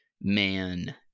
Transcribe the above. man